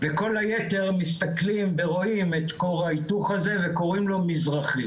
וכל הייתר מסתכלים ורואים את כור ההיתוך הזה וקוראים לו 'מזרחי',